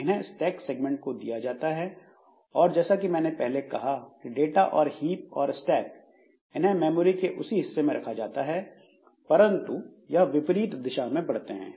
इन्हें stack segment को दिया जाता है और जैसा कि मैंने पहले कहा कि डाटा और हीप और स्टैक इन्हें मेमोरी के उसी हिस्से में रखा जाता है परंतु यह विपरीत दिशा में बढ़ते हैं